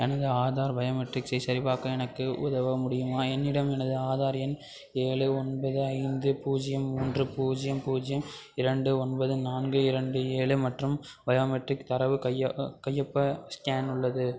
எனது ஆதார் பயோமெட்ரிக்ஸை சரிபார்க்க எனக்கு உதவ முடியுமா என்னிடம் எனது ஆதார் எண் ஏழு ஒன்பது ஐந்து பூஜ்ஜியம் மூன்று பூஜ்ஜியம் பூஜ்ஜியம் இரண்டு ஒன்பது நான்கு இரண்டு ஏழு மற்றும் பயோமெட்ரிக் தரவு கையொப்ப ஸ்கேன் உள்ளது